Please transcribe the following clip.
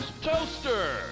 toaster